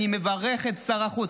אני מברך את שר החוץ,